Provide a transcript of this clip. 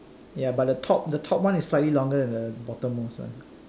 ya but the top the top one is slightly longer than the bottom most one